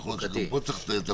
יכול להיות שפה צריך לטפל.